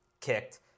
kicked